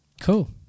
Cool